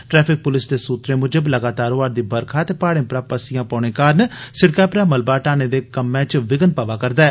traffic पुलस दे सुत्तरें मुजब लगातार होआ'रदी बरखा ते प्हाड़ें परा पस्सियां पौने कारण सिड़कै परा मलबा हटाने दे कम्मै च विघ्न पवा'रदा ऐ